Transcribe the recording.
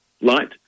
light